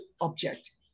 object